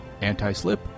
anti-slip